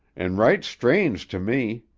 an' right strange to me.